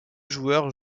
joueurs